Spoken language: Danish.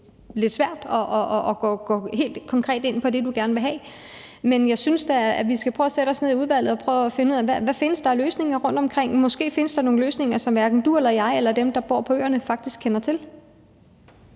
lidt svært at komme helt konkret ind på det, du gerne vil have, men jeg synes da, at vi skal sætte os ned i udvalget og prøve at finde ud af, hvad der findes af løsninger rundtomkring. Måske findes der nogle løsninger, som hverken du eller jeg – undskyld, jeg mener, som hverken